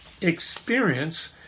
experience